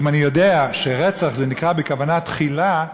אם אני יודע שרצח זה נקרא בכוונת תחילה,